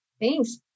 Thanks